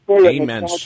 Amen